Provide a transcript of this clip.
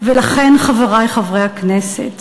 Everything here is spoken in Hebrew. ולכן, חברי חברי הכנסת,